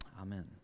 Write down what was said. Amen